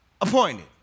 appointed